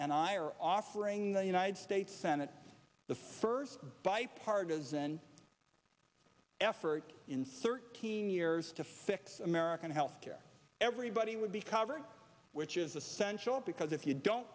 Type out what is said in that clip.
and i are offering the united states senate the first bipartisan effort to insert teen years to fix american healthcare everybody would be covered which is essential because if you don't